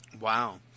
Wow